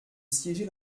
siéger